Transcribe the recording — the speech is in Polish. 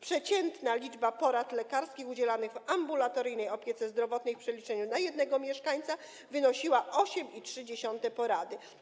Przeciętna liczba porad lekarskich udzielonych w ambulatoryjnej opiece zdrowotnej w przeliczeniu na jednego mieszkańca wynosiła 8,3 porady.